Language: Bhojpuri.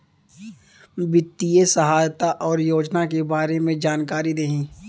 वित्तीय सहायता और योजना के बारे में जानकारी देही?